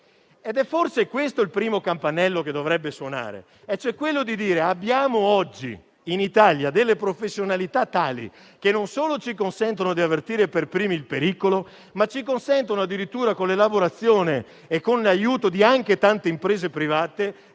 È forse questo il primo campanello che dovrebbe suonare, quello cioè di dire che abbiamo oggi in Italia delle professionalità tali che non solo ci consentono di avvertire per primi il pericolo, ma ci consentono addirittura con l'elaborazione e con l'aiuto di tante imprese private